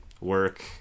Work